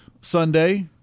Sunday